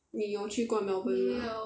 你有去过 melbourne mah